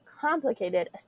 complicated